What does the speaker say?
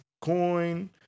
coin